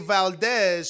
Valdez